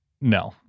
No